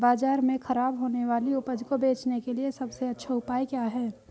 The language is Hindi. बाजार में खराब होने वाली उपज को बेचने के लिए सबसे अच्छा उपाय क्या है?